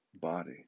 body